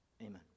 Amen